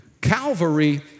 Calvary